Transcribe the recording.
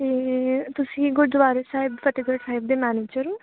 ਅਤੇ ਤੁਸੀਂ ਗੁਰਦੁਆਰੇ ਸਾਹਿਬ ਫਤਿਹਗੜ੍ਹ ਸਾਹਿਬ ਦੇ ਮੈਨੇਜਰ ਹੋ